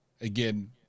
again